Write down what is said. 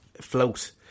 float